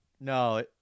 No